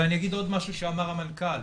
ואני אגיד עוד משהו שאמר המנכ"ל.